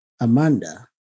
Amanda